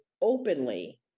openly